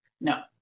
No